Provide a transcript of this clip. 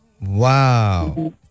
Wow